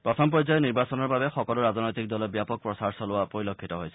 প্ৰথম পৰ্যায়ৰ নিৰ্বাচনৰ বাবে সকলো ৰাজনৈতিক দলে ব্যাপক প্ৰচাৰ চলোৱা পৰিলক্ষিত হয়